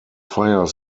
fire